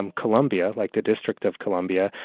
and columbia, like the district of columbia,